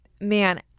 Man